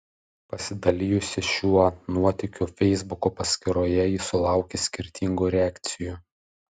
pasidalijusi šiuo nuotykiu feisbuko paskyroje ji sulaukė skirtingų reakcijų